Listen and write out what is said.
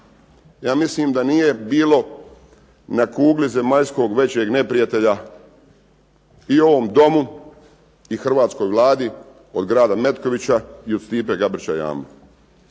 ja mislim da nije bilo na kugli zemaljskoj većeg neprijatelja i ovom Domu i hrvatskoj Vladi i od grada Metkovića i od Stipe Gabrića Jambe.